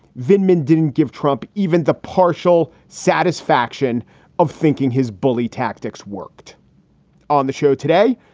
vitamin didn't give trump even the partial satisfaction of thinking his bully tactics worked on the show today.